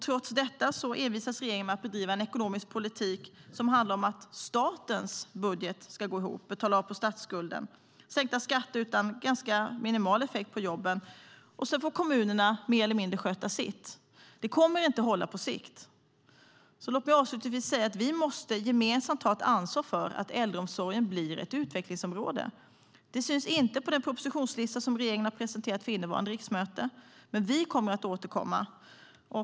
Trots detta envisas regeringen med att bedriva en ekonomisk politik som handlar om att statens budget ska gå ihop. Man ska betala av på statsskulden och sänka skatter med en ganska minimal effekt på jobben, och sedan får kommunerna mer eller mindre sköta sitt. Det kommer inte att hålla på sikt. Låt mig avslutningsvis säga att vi gemensamt måste ta ett ansvar för att äldreomsorgen blir ett utvecklingsområde. Det syns inte på den propositionslista som regeringen har presenterat för innevarande riksmöte. Men vi kommer att återkomma.